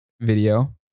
video